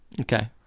Okay